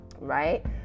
right